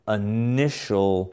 initial